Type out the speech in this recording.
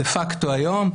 דה פקטו היום,